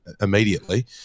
immediately